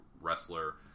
wrestler